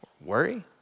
Worry